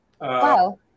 Wow